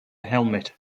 helmet